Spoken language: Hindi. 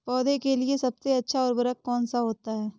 पौधे के लिए सबसे अच्छा उर्वरक कौन सा होता है?